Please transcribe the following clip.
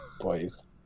boys